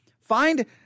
Find